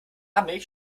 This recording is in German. milch